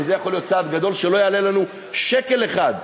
וזה יכול להיות צעד גדול, שלא יעלה לנו שקל אחד,